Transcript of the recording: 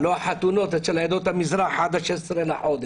הלא החתונות אצל עדות המזרח הן עד 16 בחודש,